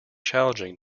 challenging